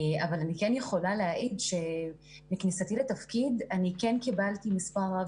אבל אני כן יכולה להעיד שבכניסתי לתפקיד אני קיבלתי מספר רב